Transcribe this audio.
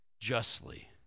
justly